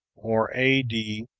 or a d.